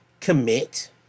commit